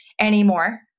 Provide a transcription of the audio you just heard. anymore